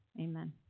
Amen